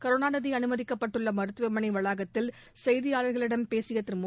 கருணாநிதி அனுமதிக்கப்பட்டுள்ள மருத்துவமனை வளாகத்தில் செய்தியாளர்களிடம் பேசிய திரு மு